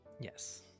Yes